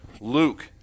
Luke